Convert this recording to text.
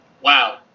Wow